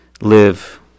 live